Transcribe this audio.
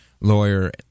lawyer